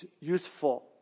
useful